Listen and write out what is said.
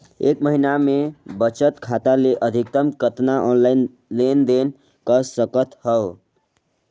एक महीना मे बचत खाता ले अधिकतम कतना ऑनलाइन लेन देन कर सकत हव?